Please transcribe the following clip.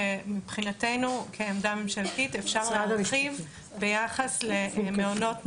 שמבחינתנו כעמדה ממשלתית אפשר להרחיב ביחס למעונות נעולים,